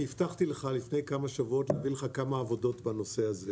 הבטחתי לך לפני כמה שבועות שאראה לך כמה עבודות בנושא הזה